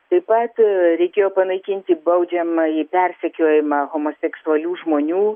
taip pat reikėjo panaikinti baudžiamąjį persekiojimą homoseksualių žmonių